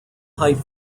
height